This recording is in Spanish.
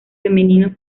femenino